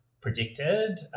predicted